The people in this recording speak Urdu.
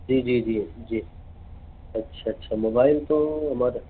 جی جی جی جی اچھا اچھا موبائل تو ہمارے